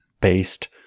based